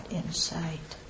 insight